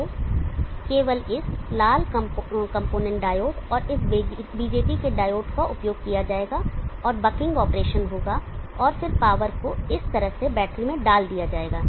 तो केवल इस लाल कंपोनेंट डायोड और इस BJT के डायोड का उपयोग किया जाएगा और बंकिंग ऑपरेशन होगा और फिर पावर को इस तरह से बैटरी में डाल दिया जाएगा